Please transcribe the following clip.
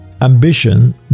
Ambition